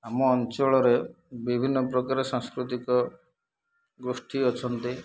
ଆମ ଅଞ୍ଚଳରେ ବିଭିନ୍ନ ପ୍ରକାର ସାଂସ୍କୃତିକ ଗୋଷ୍ଠୀ ଅଛନ୍ତି